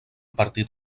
partit